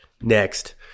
Next